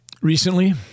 Recently